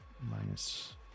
minus